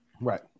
right